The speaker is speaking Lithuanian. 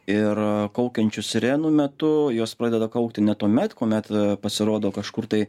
ir kaukiančių sirenų metu jos pradeda kaukti ne tuomet kuomet pasirodo kažkur tai